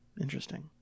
Interesting